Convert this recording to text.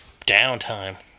downtime